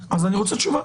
אם כן, אני רוצה תשובה.